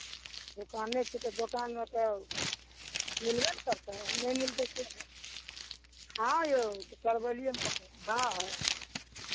दोकाने छियै तऽ दोकानमे तऽ मिलबे ने करतै नहि मिलतै से हँ यौ करवेलीयएमे हँ हँ